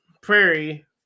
Prairie